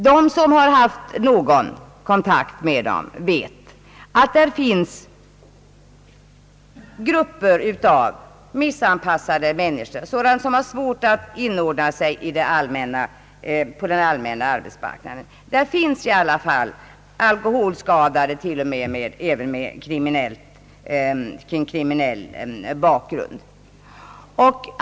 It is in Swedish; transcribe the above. De som haft någon kontakt med verkstäderna vet att här finns grupper av missanpassade människor, sådana som har svårt att inordna sig på den allmänna arbetsmarknaden. Där finns i alla fall alkoholskadade även med kriminell bakgrund.